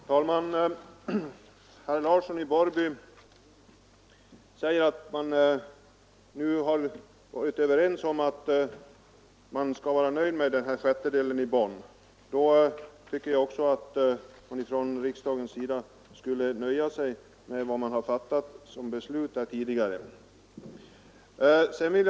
Herr talman! Herr Larsson i Borrby säger att man nu har kommit överens om att vara nöjd med en sjättedels tjänst i Bonn. Då tycker jag också att riksdagen kan nöja sig med det beslut som tidigare fattats.